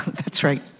that's right.